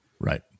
Right